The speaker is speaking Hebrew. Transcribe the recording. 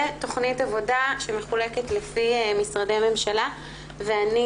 לתכנית עבודה שמחולקת לפי משרדי ממשלה ואני